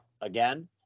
again